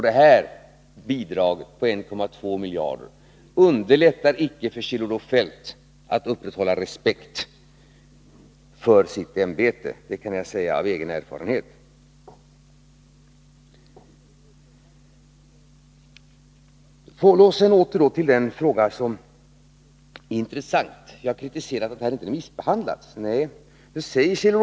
Det här bidraget om 1,2 miljarder underlättar icke för Kjell-Olof Feldt att upprätthålla respekt för sitt ämbete — det kan jag säga av egen erfarenhet. g Får jag sedan återgå till den fråga som är intressant. Jag påstås ha kritiserat att den inte hade remissbehandlats. Nej, det har jag inte.